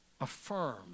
affirm